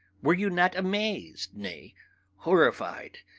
were you not amazed, nay horrified,